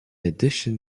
addition